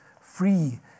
free